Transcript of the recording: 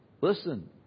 Listen